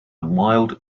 mild